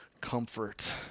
comfort